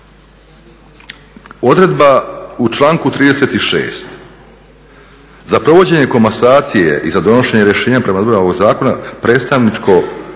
Odredba u članku 36. Za provođenje komasacije i za donošenje rješenja prema odredbama ovog zakona predstavničko